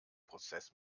prozess